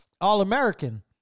All-American